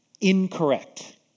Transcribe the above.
incorrect